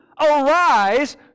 arise